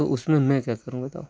तो उसमें मैं क्या करूँ बताओ